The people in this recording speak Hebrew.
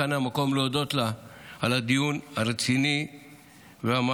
כאן המקום להודות לה על הדיון הרציני והמעמיק,